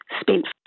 spent